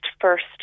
first